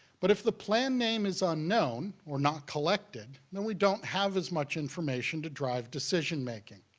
but if the plan name is unknown or not collected, then we don't have as much information to drive decision-making.